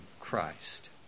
Christ